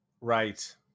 Right